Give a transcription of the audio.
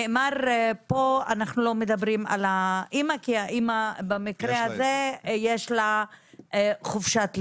נאמר פה שאנחנו לא מדברים על האימא כי במקרה הזה יש לה חופשת לידה.